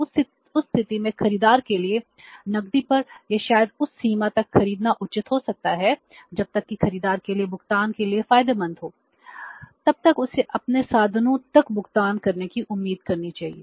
उस स्थिति में खरीदार के लिए नकदी पर या शायद उस सीमा तक खरीदना उचित हो सकता है जब तक कि खरीदार के लिए भुगतान के लिए फायदेमंद हो तब तक उसे अपने साधनों तक भुगतान करने की उम्मीद करनी चाहिए